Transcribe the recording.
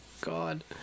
God